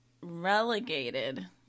relegated